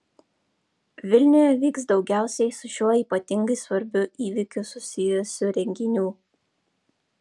vilniuje vyks daugiausiai su šiuo ypatingai svarbiu įvykiu susijusių renginių